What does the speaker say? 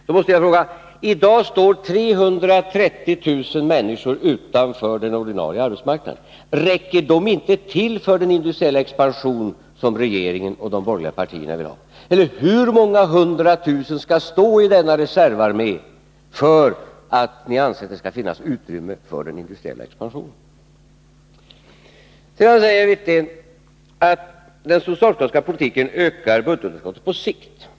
Då måste jag fråga: I dag står 330 000 utanför den ordinarie arbetsmarknaden — räcker de inte till för den industriella expansion som regeringen och de borgerliga partierna vill ha, eller hur många hundratusen skall stå i denna reservarmé för att ni skall anse att det finns utrymme för den industriella expansionen? Nr 172 Sedan säger Rolf Wirtén att den socialdemokratiska politiken ökar Torsdagen den budgetunderskottet på sikt.